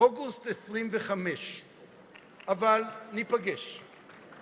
אוגוסט 25. אבל ניפגש.